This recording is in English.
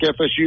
FSU